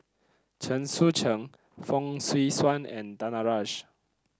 Chen Sucheng Fong Swee Suan and Danaraj